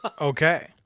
Okay